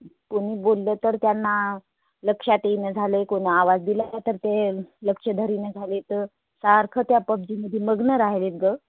कोणी बोललं तर त्यांना लक्षात येईना झालं आहे कोणी आवाज दिला तर ते लक्ष धरीना झाले तर सारखं त्या पबजीमध्ये मग्न राहिले आहेत गं